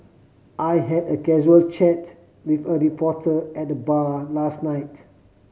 I had a casual chat with a reporter at the bar last night